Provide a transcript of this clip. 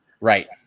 Right